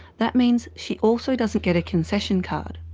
that means she also doesn't get a concession card.